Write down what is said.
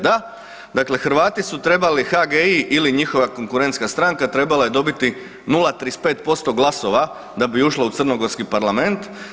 Da, dakle Hrvati su trebali HGI ili njihova konkurentska stranka trebala je dobiti 0,35% glasova da bi ušla u crnogorski parlament.